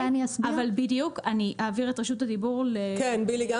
אני אעביר את רשות הדיבור לעו"ד בילי בירון,